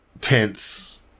tense